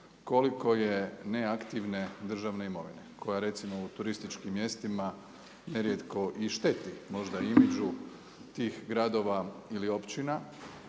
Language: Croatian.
koliko je neaktivne državne imovine koja recimo u turističkim mjestima nerijetko i šteti, možda imageu tih gradova ili općina.